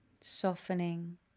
Softening